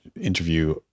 interview